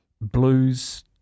Blues